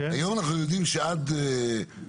היום אנחנו יודעים שעד --- לא,